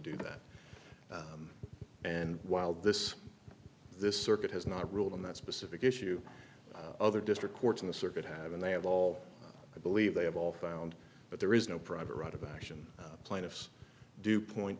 do that and while this this circuit has not ruled on that specific issue other district courts in the circuit have and they have all i believe they have all found but there is no private right of action plaintiffs do point